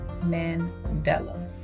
Mandela